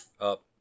Up